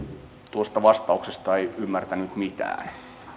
tuosta vastauksesta ei ymmärtänyt mitään